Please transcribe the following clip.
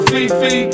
Fifi